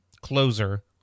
Closer